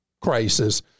crisis